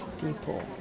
people